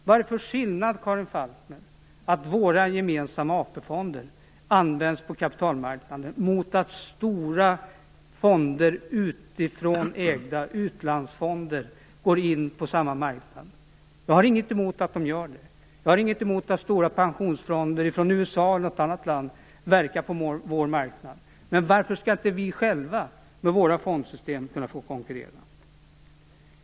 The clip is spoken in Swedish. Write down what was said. Vad är det för skillnad, Karin Falkmer, mellan att våra gemensamma AP-fonder används på kapitalmarknaden och att stora utifrån ägda utlandsfonder går in på samma marknad? Jag har inget emot att de gör det. Jag har inget emot att stora pensionsfonder från USA eller något annat land verkar på vår marknad. Men varför skall inte vi själva med våra fondsystem kunna få konkurrera?